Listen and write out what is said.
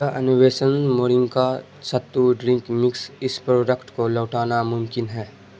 innovation moringa sattu drink mix اس product کو لوٹانا ممکن ہے